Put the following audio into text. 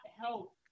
help